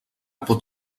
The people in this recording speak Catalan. pot